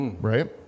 Right